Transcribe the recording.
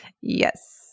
Yes